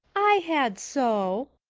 i had so,